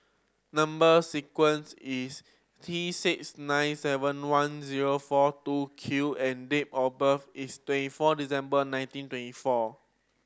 number sequence is T six nine seven one zero four two Q and date of birth is twenty four December nineteen twenty four